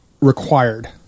required